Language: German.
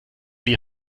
die